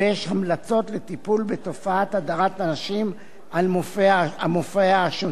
המלצות לטיפול בתופעת הדרת הנשים על מופעיה השונים.